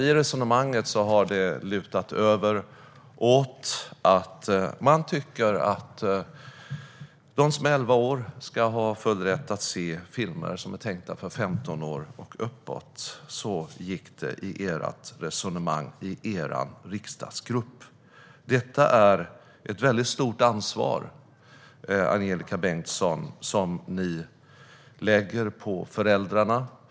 I resonemanget har det alltså lutat över åt att man tycker att de som är elva år ska ha full rätt att se filmer som är tänkta för dem som är femton år och uppåt. Så gick resonemanget i er riksdagsgrupp. Detta är ett väldigt stort ansvar, Angelika Bengtsson, som ni lägger på föräldrarna.